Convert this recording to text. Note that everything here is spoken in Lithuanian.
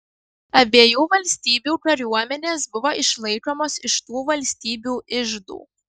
abiejų valstybių kariuomenės buvo išlaikomos iš tų valstybių iždų